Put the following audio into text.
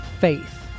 faith